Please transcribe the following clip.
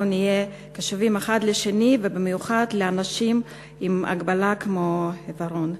נהיה קשובים אחד לשני ובמיוחד לאנשים עם הגבלה כמו עיוורון.